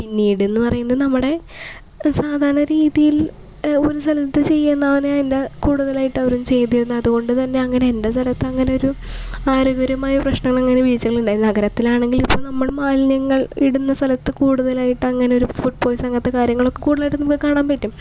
പിന്നീടെന്ന് പറയുന്നത് നമ്മുടെ സാധാരണ രീതിയിൽ ഒരു സ്ഥലത്ത് ചെയ്യുന്നതാണ് അതിൻ്റെ കൂടുതലയിട്ട് അവരും ചെയ്തിരുന്നു അതുകൊണ്ട് തന്നെ അങ്ങനെ എൻ്റെ സ്ഥലത്ത് അങ്ങനെ ഒരു ആരോഗ്യകരമായ പ്രശ്നങ്ങൾ അങ്ങനെ വീഴ്ചകളുണ്ടായിരുന്നില്ല നഗരത്തിലാണെങ്കിൽ ഇപ്പോൾ നമ്മൾ മാലിന്യങ്ങൾ ഇടുന്ന സ്ഥലത്ത് കൂടുതലയിട്ട് അങ്ങനെ ഒരു ഫുഡ് പോയിസൺ അങ്ങനത്തെ കാര്യങ്ങളൊക്കെ കൂടുതലായിട്ട് കാണാൻ പറ്റും